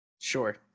Sure